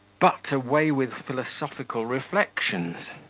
but, away with philosophical reflections.